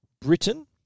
Britain